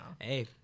Hey